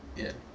ya